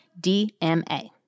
DMA